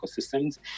ecosystems